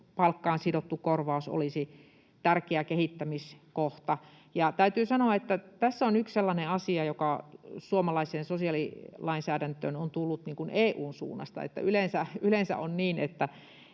palkkaan sidottu korvaus olisi tärkeä kehittämiskohta. Täytyy sanoa, että tässä on yksi sellainen asia, joka suomalaiseen sosiaalilainsäädäntöön on tullut EU:n suunnasta. Yleensä on niin, että